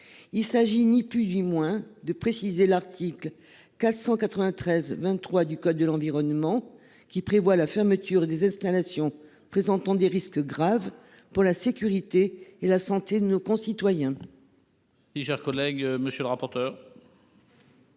les dispositions contenues à l'article L. 593-23 du code de l'environnement, lequel prévoit la fermeture des installations présentant des risques graves pour la sécurité et la santé de nos concitoyens.